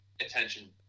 attention